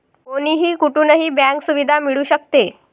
कोणीही कुठूनही बँक सुविधा मिळू शकते